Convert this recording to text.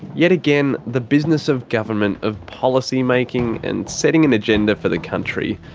yet again, the business of government, of policy making, and setting an agenda for the country,